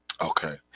Okay